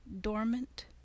dormant